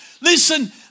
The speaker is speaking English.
Listen